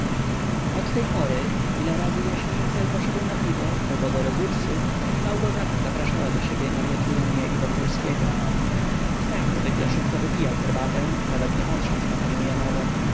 od tej pory ile razy jaś mincel poszedł na piwo albo do resursy pani małgorzata zapraszała do siebie na wieczór mnie i wokulskiego stach zwykle szybko wypijał herbatę nawet nie patrząc na panią janowę potem